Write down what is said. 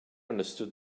understood